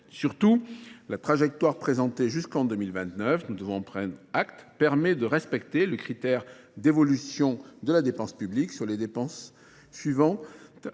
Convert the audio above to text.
Surtout, la trajectoire présentée jusqu'en 2029, nous devons prendre acte, permet de respecter le critère d'évolution de la dépense publique sur les dépenses suivantes.